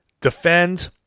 defend